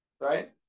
right